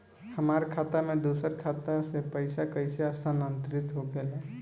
हमार खाता में दूसर खाता से पइसा कइसे स्थानांतरित होखे ला?